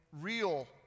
real